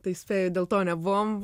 tai spėju dėl to nebuvom